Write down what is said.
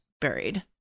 buried